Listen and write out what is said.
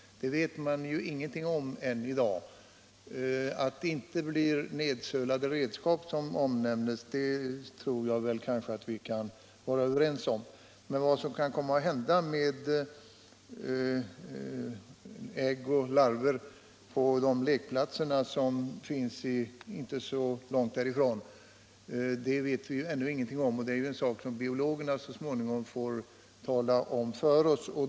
Det vet man ju ingenting om i dag. Att det inte blir nedsölade redskap, som omnämnes, tror jag att vi kan vara överens om. Men vad som kan komma att hända med ägg och larver på de lekplatser som finns inte så långt ifrån olycksplatsen vet vi ju ännu ingenting om. Det är en sak som biologerna så småningom får tala om för oss.